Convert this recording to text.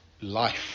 life